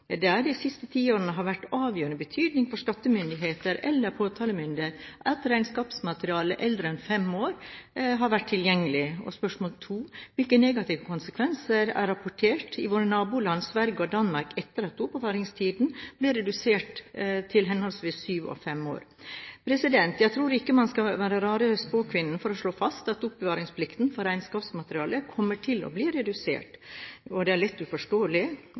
ganger det de siste ti årene har vært av avgjørende betydning for skattemyndigheter eller påtalemyndigheter at regnskapsmateriale eldre enn fem år har vært tilgjengelig? Spørsmål 2 er: Hvilke negative konsekvenser er rapportert i våre naboland Sverige og Danmark etter at oppbevaringstiden ble redusert til henholdsvis syv og fem år? Jeg tror ikke man skal være rare spåkvinnen for å slå fast at oppbevaringsplikten for regnskapsmateriale kommer til å bli redusert. Det lett uforståelige er at regjeringen og